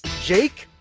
jake,